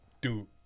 Dude